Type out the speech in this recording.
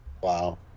Wow